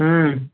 ہوں